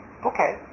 okay